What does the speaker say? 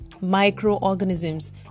Microorganisms